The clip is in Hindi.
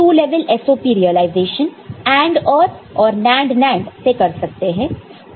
2 level SOP realisation AND OR और NAND NAND से कर सकते हैं